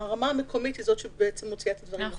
שהרמה המקומית היא זו שבעצם מוציאה את הדברים אל הפועל.